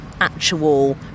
actual